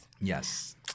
yes